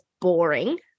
boring